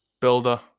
builder